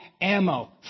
ammo